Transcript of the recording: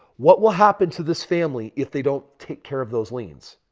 what will happen to this family if they don't take care of those liens?